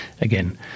again